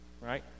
Right